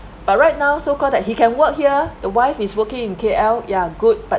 but right now so called that he can work here the wife is working in K_L_ yeah good but